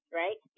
right